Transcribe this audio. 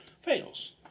fails